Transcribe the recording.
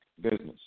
business